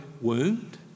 wound